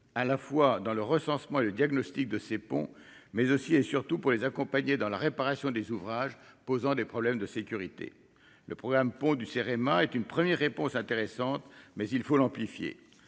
à la fois dans le recensement, le diagnostic de ses ponts, mais aussi et surtout pour les accompagner dans la réparation des ouvrages posant des problèmes de sécurité, le programme pont du CEREMA est une première réponse intéressante mais il faut l'amplifier,